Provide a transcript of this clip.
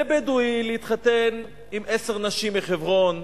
לבדואי להתחתן עם עשר נשים מחברון,